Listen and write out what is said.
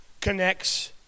connects